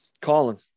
colin